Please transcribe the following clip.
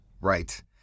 Right